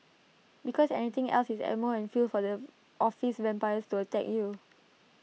because anything else is ammo and fuel for the office vampires to attack you